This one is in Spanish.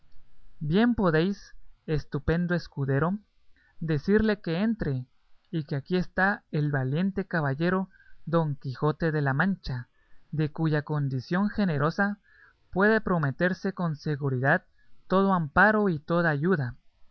bien podéis estupendo escudero decirle que entre y que aquí está el valiente caballero don quijote de la mancha de cuya condición generosa puede prometerse con seguridad todo amparo y toda ayuda